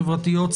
חברתיות,